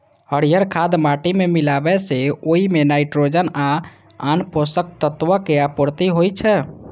हरियर खाद माटि मे मिलाबै सं ओइ मे नाइट्रोजन आ आन पोषक तत्वक आपूर्ति होइ छै